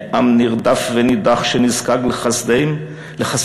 מעם נרדף ונידח שנזקק לחסדים,